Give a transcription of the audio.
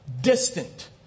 distant